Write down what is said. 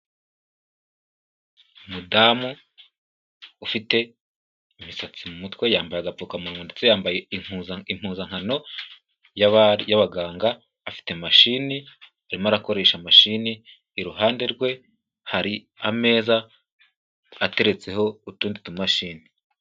Umudamu ufite imisatsi mu mutwe, yambaye agapfukamunwa ndetse yambaye impuzankano y'abaganga, afite mashini, arimo arakoresha mashini, iruhande rwe hari ameza ateretseho utundi tumashini.